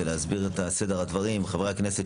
חברי הכנסת